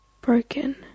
Broken